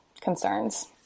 concerns